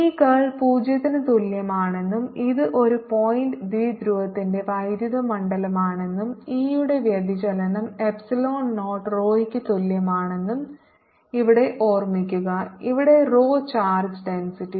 E curl 0 ന് തുല്യമാണെന്നും ഇത് ഒരു പോയിന്റ് ദ്വിധ്രുവത്തിന്റെ വൈദ്യുത മണ്ഡലമാണെന്നും ഇയുടെ വ്യതിചലനം എപ്സിലോൺ നോട്ട് റോയ്ക്ക് തുല്യമാണെന്നും ഇവിടെ ഓർമിക്കുക ഇവിടെ റോ ചാർജ് ഡെൻസിറ്റി